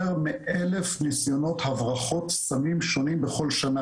מ-1,000 ניסיונות הברחות סמים שונים בכל שנה.